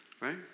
right